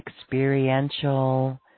experiential